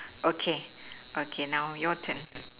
okay okay now your turn